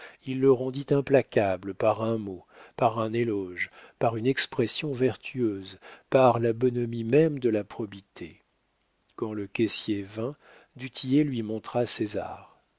il le rendit implacable par un mot par un éloge par une expression vertueuse par la bonhomie même de la probité quand le caissier vint du tillet lui montra césar